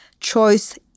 choice